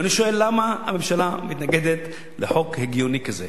ואני שואל, למה הממשלה מתנגדת לחוק הגיוני כזה?